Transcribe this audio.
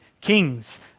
kings